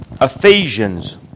Ephesians